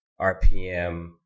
RPM